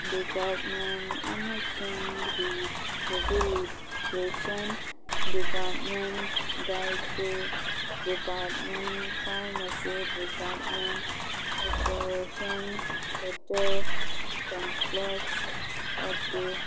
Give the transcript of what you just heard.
department ꯑꯃꯁꯨꯡ rehabilitation department dietary department pharmacy department operation theatre complex O T